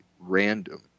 random